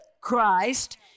Christ